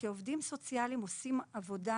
כי העובדים הסוציאליים עושים עבודה